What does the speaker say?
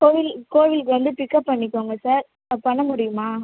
கோவில் கோவிலுக்கு வந்து பிக்கப் பண்ணிக்கோங்க சார் பண்ண முடியுமா